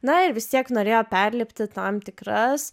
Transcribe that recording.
na ir vis tiek norėjo perlipti tam tikras